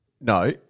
No